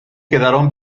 quedaron